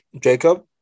Jacob